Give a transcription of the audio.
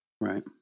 Right